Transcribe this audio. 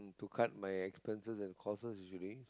to cut my expenses and costs usually